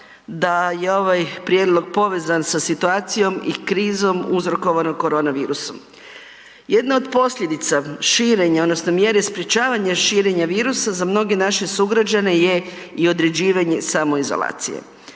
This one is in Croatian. da je ovaj prijedlog povezan sa situacijom i krizom uzrokovanom korona virusom. Jedna od posljedica širenja odnosno mjere sprečavanja širenja virusa za mnoge naše sugrađane je i određivanje samoizolacije,